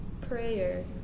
prayer